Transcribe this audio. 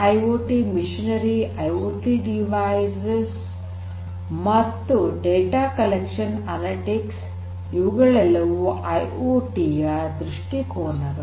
IoT ಯಂತ್ರೋಪಕರಣಗಳು IoT devices ಮತ್ತು data collection analytics ಇವುಗಳೆಲ್ಲವೂ ಐಐಓಟಿ ಯ ದೃಷ್ಟಿಕೋನಗಳು